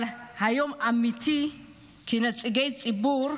אבל היום, כנציגי ציבור,